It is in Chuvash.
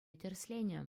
тӗрӗсленӗ